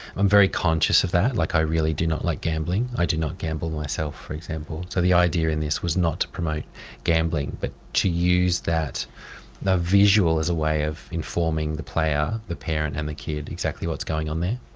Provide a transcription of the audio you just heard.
i'm very conscious of that, like i really do not like gambling. i do not gamble myself, for example. so the idea in this was not to promote gambling but to use that visual as a way of informing the player, the parent and the kid exactly what's going on there.